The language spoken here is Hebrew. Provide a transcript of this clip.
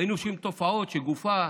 והיו תופעות שגופה,